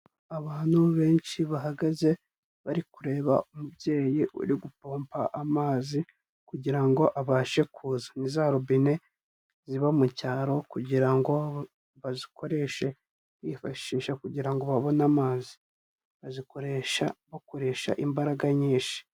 Abantu benshi bahagaze, bari kureba umubyeyi uri gupompa amazi kugira ngo abashe kuza, ni za robine ziba mu cyaro kugira ngo bazikoreshe bifashisha kugira ngo babone amazi. Bazikoresha bakoresha imbaraga nyinshi.